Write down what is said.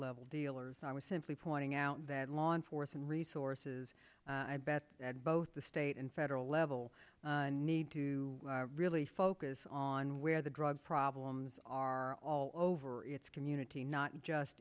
level dealers i was simply pointing out that lawn forth and resources i bet at both the state and federal level need to really focus on where the drug problems are all over it's community not just